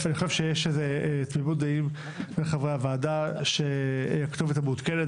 אני חושב שיש תמימות דעים בין חברי הוועדה שהכתובת המעודכנת